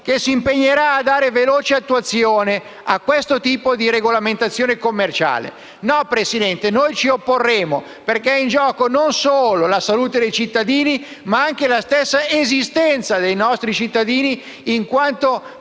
che si impegnerà a dare veloce attuazione a questo tipo di regolamentazione commerciale. No, signor Presidente, noi ci opporremo, perché è in gioco non solo la salute dei cittadini, ma anche la stessa esistenza dei nostri cittadini in quanto